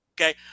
Okay